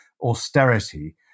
austerity